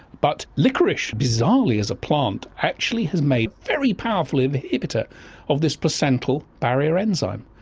but liquorice bizarrely as a plant actually has made very powerful inhibitor of this placental barrier enzyme.